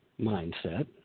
mindset